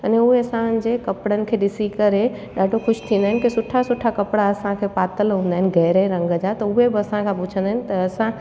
अने उहे असाजे कपिड़नि खे ॾिसी करे ॾाढो ख़ुशि थींदा आहिनि की सुठा सुठा कपिड़ा असांखे पातल हूंदा आहिनि गहरे रंग जा त उहे बि असां खां पुछंदा आहिनि त असां